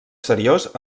seriós